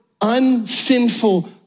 unsinful